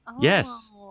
yes